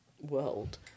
world